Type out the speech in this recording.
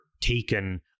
taken